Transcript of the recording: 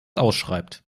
ausschreibt